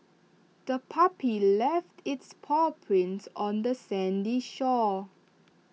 the puppy left its paw prints on the sandy shore